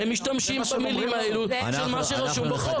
הם משתמשים במה שרשום בחוק.